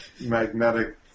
magnetic